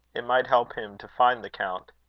it might help him to find the count.